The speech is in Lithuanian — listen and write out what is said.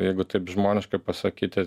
jeigu taip žmoniškai pasakyti